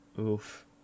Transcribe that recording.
Oof